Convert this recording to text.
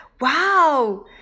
Wow